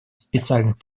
специальных